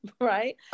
right